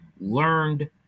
learned